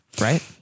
Right